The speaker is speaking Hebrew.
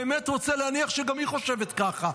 אני באמת רוצה להניח שגם היא חושבת ככה.